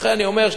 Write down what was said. ולכן אני אומר,